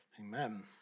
Amen